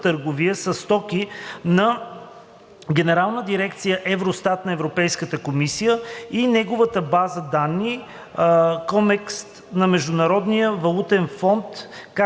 търговия със стоки на Генерална дирекция „Евростат“ към Европейската комисия и неговата база данни COMEXT, на Международния валутен фонд,